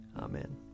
Amen